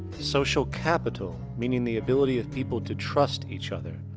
social capital meaning the ability of people to trust each other.